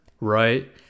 right